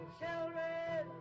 children